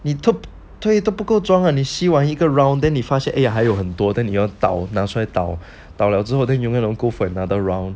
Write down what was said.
you took twenty 都不够装个你吸 liao 一个 round then 你发现 !aiya! 还有很多的你要倒拿出来倒倒了之后 then 你 don't go for another round